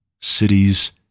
cities